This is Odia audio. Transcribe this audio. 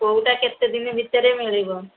କୋଉଟା କେତେ ଦିନି ଭିତରେ ମିଳିବ